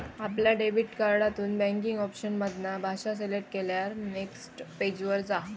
आपल्या डेबिट कार्डातून banking option मधना भाषा सिलेक्ट केल्यार नेक्स्ट पेज वर जा